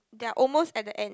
they're almost at the end